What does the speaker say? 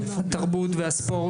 התרבות והספורט.